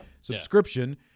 subscription